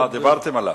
דיברתם עליו.